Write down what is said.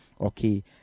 okay